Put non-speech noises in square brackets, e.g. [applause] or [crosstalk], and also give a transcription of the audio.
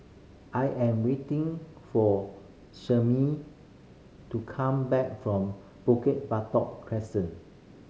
I am waiting for [unintelligible] to come back from Bukit Batok Crescent